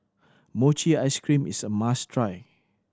mochi ice cream is a must try